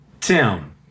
Tim